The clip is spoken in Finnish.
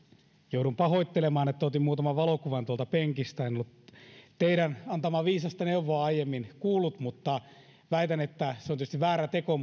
joudun pahoittelemaan että otin muutaman valokuvan tuolta penkistä en ollut teidän antamaanne viisasta neuvoa aiemmin kuullut mutta väitän että vaikka se on tietysti väärä teko